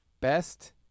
best